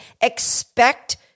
expect